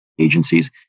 agencies